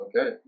Okay